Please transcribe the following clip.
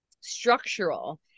structural